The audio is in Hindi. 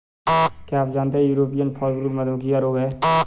क्या आप जानते है यूरोपियन फॉलब्रूड मधुमक्खी का रोग है?